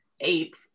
ape